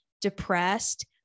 depressed